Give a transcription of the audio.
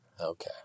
Okay